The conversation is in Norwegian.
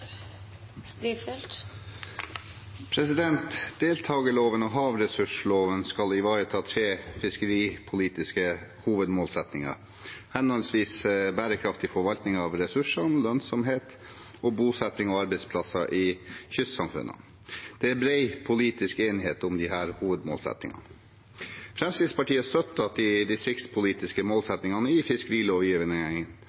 Deltakerloven og havressursloven skal ivareta tre fiskeripolitiske hovedmålsettinger, henholdsvis bærekraftig forvaltning av ressursene, lønnsomhet samt bosetting og arbeidsplasser i kystsamfunnene. Det er bred politisk enighet om disse hovedmålsettingene.